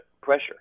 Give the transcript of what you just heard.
pressure